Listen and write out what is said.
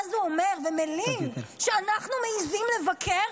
ואז הוא אומר ומלין על שאנחנו מעיזים לבקר?